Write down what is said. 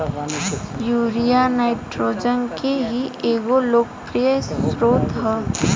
urea nitrogen के ही एगो लोकप्रिय स्रोत ह